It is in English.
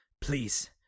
Please